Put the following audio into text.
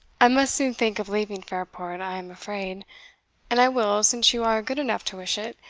i must soon think of leaving fairport, i am afraid and i will, since you are good enough to wish it,